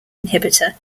inhibitor